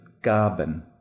gaben